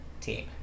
team